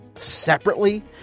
Separately